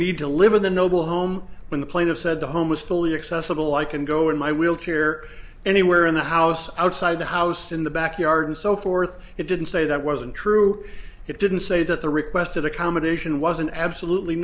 need to live in the noble home when the plane of said the home was fully accessible i can go in my wheelchair anywhere in the house outside the house in the backyard and so forth it didn't say that wasn't true it didn't say that the requested accommodation wasn't absolutely